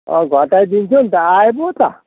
घटाइदिन्छु नि त आए पो त